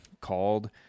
CALLED